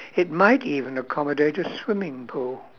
it might even accommodate a swimming pool